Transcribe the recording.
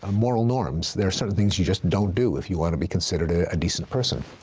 ah moral norms. there are certain things you just don't do if you wanna be considered a decent person.